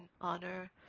honor